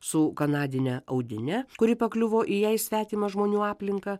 su kanadine audine kuri pakliuvo į jei svetimą žmonių aplinką